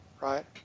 right